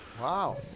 Wow